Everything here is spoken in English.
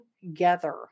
together